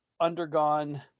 undergone